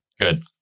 Good